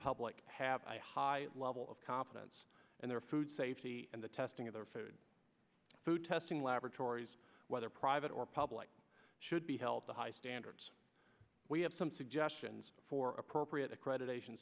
public have a high level of confidence and their food safety and the testing of their food food testing laboratories whether private or public should be held to high standards we have some suggestions for appropriate accreditation